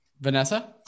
vanessa